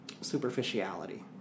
superficiality